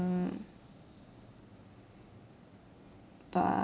but